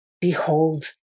Behold